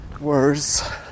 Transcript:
worse